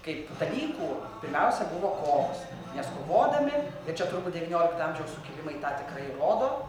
kaip dalykų pirmiausia buvo kovos nes kovodami ir čia turbūt devyniolikto amžiaus sukilimai tą tikrai rodo